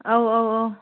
ꯑꯧ ꯑꯧ ꯑꯧ